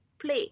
play